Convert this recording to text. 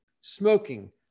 smoking